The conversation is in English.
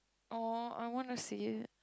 !aww! I wanna see it